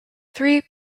three